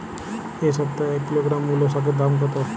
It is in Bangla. এ সপ্তাহে এক কিলোগ্রাম মুলো শাকের দাম কত?